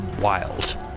wild